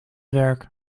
werk